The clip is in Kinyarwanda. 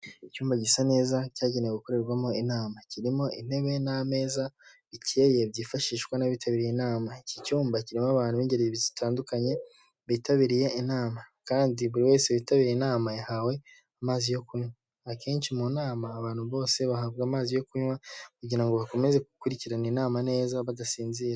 Icyumba gisa neza cyagenewe gukorerwamo inama, kirimo intebe n'ameza bicyeye byifashishwa n'abitabiriye inama. Iki cyumba kirimo abantu b'ingeri zitandukanye bitabiriye inama kandi buri wese witabiriye inama yahawe amazi yo kunywa. Akenshi mu nama abantu bose bahabwa amazi yo kunywa, kugira ngo bakomeze gukurikirana inama neza badasinzira.